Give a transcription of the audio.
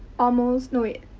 almost no, wait.